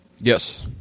Yes